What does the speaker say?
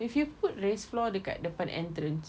if you put raised floor dekat depan entrance